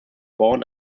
born